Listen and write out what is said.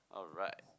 alright